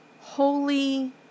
holy